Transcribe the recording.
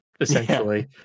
essentially